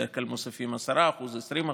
בדרך כלל מוסיפים 10%, 20%,